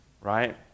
right